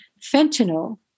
fentanyl